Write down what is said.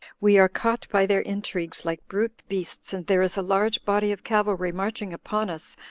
we are caught by their intrigues like brute beasts, and there is a large body of cavalry marching upon us,